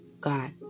God